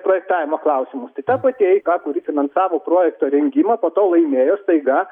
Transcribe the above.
projektavimo klausimus tai ta pati eika kuri finansavo projekto rengimą po to laimėjo staiga